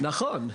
נכון.